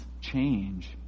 change